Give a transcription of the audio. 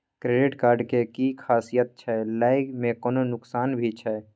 Credit card के कि खासियत छै, लय में कोनो नुकसान भी छै?